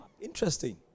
Interesting